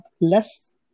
less